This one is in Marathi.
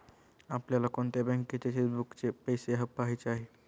आपल्याला कोणत्या बँकेच्या चेकबुकचे पैसे पहायचे आहे?